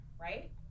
right